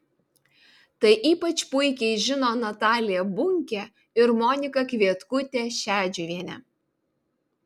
tai ypač puikiai žino natalija bunkė ir monika kvietkutė šedžiuvienė